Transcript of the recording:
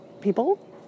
people